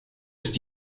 ist